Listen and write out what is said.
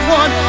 one